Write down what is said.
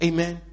Amen